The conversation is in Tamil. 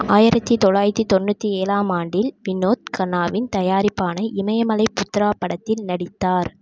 ஆயிரத்து தொளாயிரத்து தொண்ணூற்றி ஏழாம் ஆண்டில் வினோத் கன்னாவின் தயாரிப்பான இமயமலை சித்ரா படத்தில் நடித்தார்